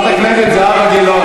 חברת הכנסת זהבה גלאון.